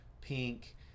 pink